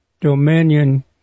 dominion